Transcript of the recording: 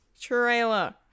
trailer